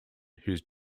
whose